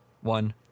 one